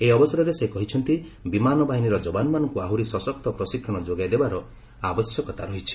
ଏହି ଅବସରରେ ସେ କହିଛନ୍ତି ବିମାନ ବାହିନୀର ଯବାନମାନଙ୍କୁ ଆହୁରି ସଶକ୍ତ ପ୍ରଶିକ୍ଷଣ ଯୋଗାଇ ଦେବାର ଆବଶ୍ୟକତା ରହିଛି